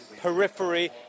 periphery